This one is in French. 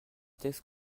texte